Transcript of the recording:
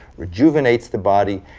rejuvenates the body,